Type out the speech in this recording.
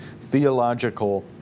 theological